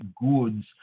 goods